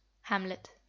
Hamlet